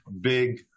big